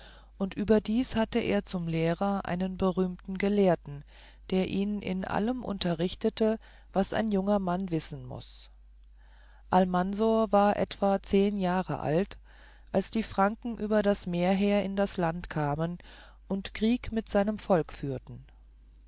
und überdies hatte er zum lehrer einen berühmten gelehrten der ihn in allem unterrichtete was ein junger mensch wissen muß almansor war etwa zehn jahre alt als die franken über das meer her in das land kamen und krieg mit seinem volke führten